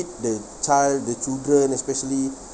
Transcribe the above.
the child the children especially